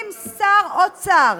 אם שר האוצר